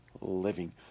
living